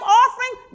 offering